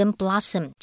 blossom